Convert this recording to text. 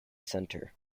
centre